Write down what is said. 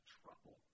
trouble